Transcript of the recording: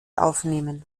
aufnehmen